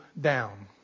down